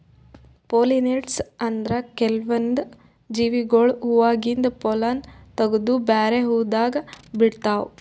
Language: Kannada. ಪೊಲಿನೇಟರ್ಸ್ ಅಂದ್ರ ಕೆಲ್ವನ್ದ್ ಜೀವಿಗೊಳ್ ಹೂವಾದಾಗಿಂದ್ ಪೊಲ್ಲನ್ ತಗದು ಬ್ಯಾರೆ ಹೂವಾದಾಗ ಬಿಡ್ತಾವ್